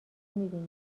میبینم